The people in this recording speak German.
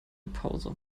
pause